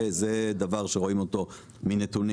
זה דבר שרואים אותו מנתונים,